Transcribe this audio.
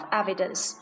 evidence